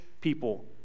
people